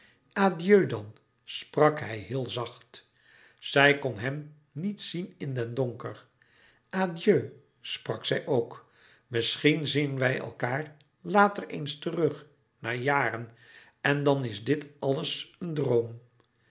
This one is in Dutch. adieu dan sprak hij heel zacht louis couperus metamorfoze zij kon hem niet zien in den donker adieu sprak zij ook misschien zien we elkaâr later eens terug na jaren en dan is dit alles een droom